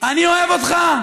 אני אוהב אותך.